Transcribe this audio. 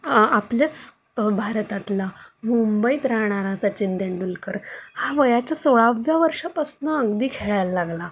आ आपल्यास अ भारतातला मुंबईत राहणारा सचिन तेंडुलकर हा वयाच्या सोळाव्या वर्षापासून अगदी खेळायला लागला